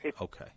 Okay